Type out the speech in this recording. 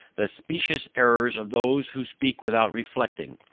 the specious errors of those who speak without reflecting.